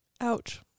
Ouch